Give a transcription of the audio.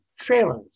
Trailers